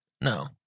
No